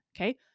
Okay